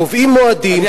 קובעים מועדים,